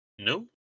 No